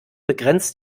begrenzt